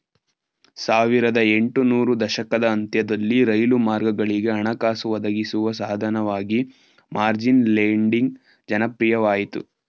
ಸಾವಿರದ ಎಂಟು ನೂರು ದಶಕದ ಅಂತ್ಯದಲ್ಲಿ ರೈಲು ಮಾರ್ಗಗಳಿಗೆ ಹಣಕಾಸು ಒದಗಿಸುವ ಸಾಧನವಾಗಿ ಮಾರ್ಜಿನ್ ಲೆಂಡಿಂಗ್ ಜನಪ್ರಿಯವಾಯಿತು